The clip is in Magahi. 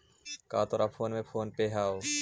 का तोर फोन में फोन पे हउ?